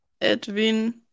Edwin